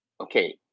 Okay